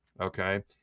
Okay